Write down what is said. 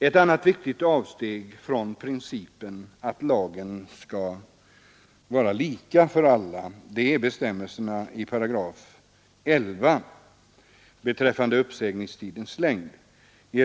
Ett annat viktigt steg från principen att lagen skall vara lika för alla är bestämmelserna i 11 8 beträffande uppsägningstidens längd.